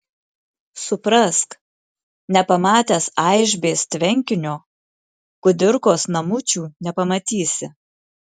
suprask nepamatęs aišbės tvenkinio kudirkos namučių nepamatysi